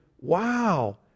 wow